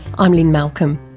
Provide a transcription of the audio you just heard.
i'm lynne malcolm.